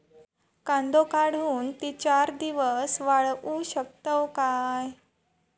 कांदो काढुन ती चार दिवस वाळऊ शकतव काय?